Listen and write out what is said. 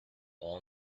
all